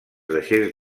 deixés